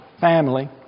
family